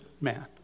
man